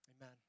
Amen